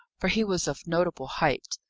for he was of notable height,